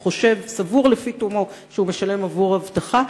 שסבור לפי תומו שהוא משלם עבור אבטחה,